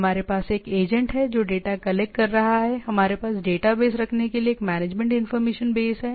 हमारे पास एक एजेंट है जो डेटा कलेक्ट कर रहा है हमारे पास डेटाबेस रखने के लिए एक मैनेजमेंट इनफार्मेशन बेस है